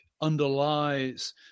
underlies